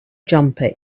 jumper